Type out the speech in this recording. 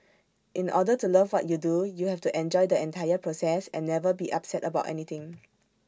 in order to love what you do you have to enjoy the entire process and never be upset about anything